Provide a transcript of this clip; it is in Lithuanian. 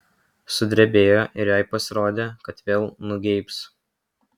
sudrebėjo ir jai pasirodė kad vėl nugeibs